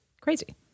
crazy